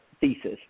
thesis